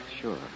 sure